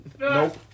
Nope